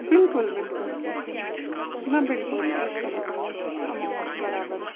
بلکُل بِلکُل کیٚنٛہہ چھُنہٕ نہ بلکُل أسۍ کرو تۄہہِ نِش اٮ۪ماوُنٛٹ برابر